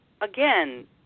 again